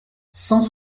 cent